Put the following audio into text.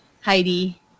Heidi